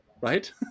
right